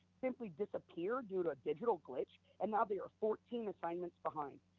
simply disappear due to a digital glitch and now they are fourteen assignments behind.